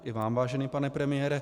I vám, vážený pane premiére.